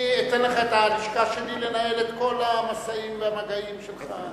אני אתן לך את הלשכה שלי לנהל את כל המשאים והמגעים שלך.